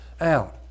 out